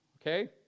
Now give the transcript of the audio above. Okay